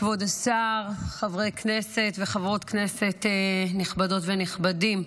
כבוד השר, חברי כנסת וחברות כנסת נכבדות ונכבדים,